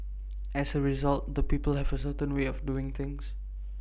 as A result the people have A certain way of doing things